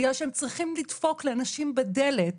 בגלל שהם צריכים לדפוק לאנשים בדלת